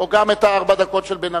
או גם בארבע הדקות של בן-ארי?